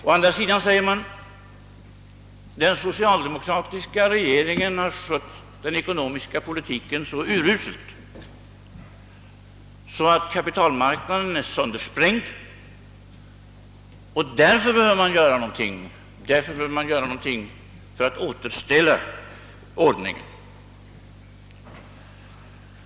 För det andra säger man, att den socialdemokratiska regeringen har skött den ekonomiska politiken så uruselt, att kapitalmarknaden är söndersprängd, och därför måste göra någonting för att återställa ordningen.